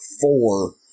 four